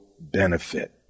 benefit